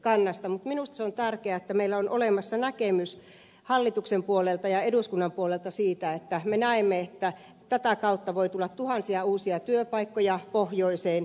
mutta minusta on tärkeää että meillä on olemassa näkemys hallituksen puolelta ja eduskunnan puolelta siitä että me näemme että tätä kautta voi tulla tuhansia uusia työpaikkoja pohjoiseen